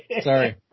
Sorry